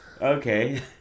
okay